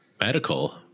Medical